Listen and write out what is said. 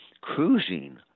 cruising